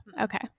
Okay